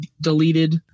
deleted